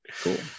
Cool